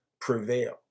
prevail